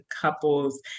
couples